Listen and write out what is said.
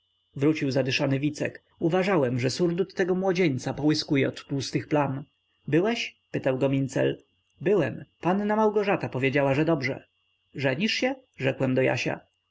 wrócił zadyszany wicek uważałem że surdut tego młodzieńca połyskuje od tłustych plam byłeś spytał go mincel byłem panna małgorzata powiedziała że dobrze żenisz się rzekłem do jasia